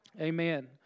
Amen